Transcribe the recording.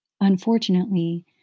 Unfortunately